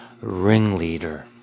ringleader